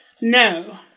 no